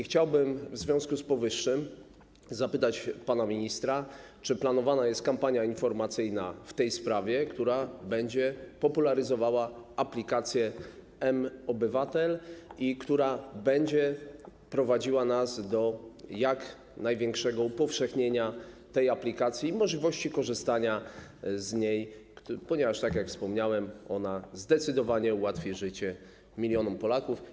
Chciałbym w związku z powyższym zapytać pana ministra, czy planowana jest kampania informacyjna w tej sprawie, która będzie popularyzowała aplikację mObywatel i która będzie prowadziła nas do jak największego upowszechnienia tej aplikacji, możliwości korzystania z niej, ponieważ tak jak wspomniałem, ona zdecydowanie ułatwi życie milionom Polaków.